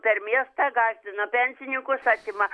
per miestą gąsdina pensininkus atima